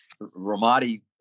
Ramadi